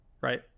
right